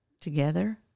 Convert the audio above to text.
together